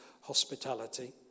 hospitality